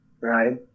right